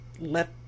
let